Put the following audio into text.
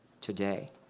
today